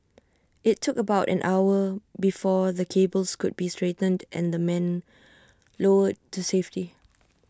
IT took about an hour before the cables could be straightened and the men lowered to safety